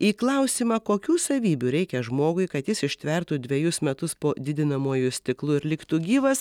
į klausimą kokių savybių reikia žmogui kad jis ištvertų dvejus metus po didinamuoju stiklu ir liktų gyvas